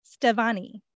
Stevani